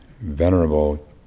Venerable